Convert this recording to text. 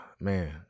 man